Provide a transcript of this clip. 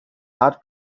heart